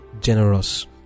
generous